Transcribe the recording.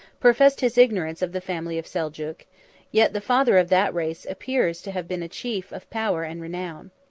professed his ignorance of the family of seljuk yet the father of that race appears to have been a chief of power and renown.